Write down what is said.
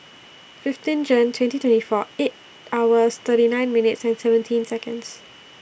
fifteen Jane twenty twenty four eight hours thirty nine minutes and seventeen Seconds